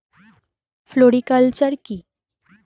Floriculture কি?